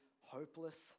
hopeless